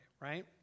right